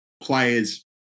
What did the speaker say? players